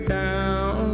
down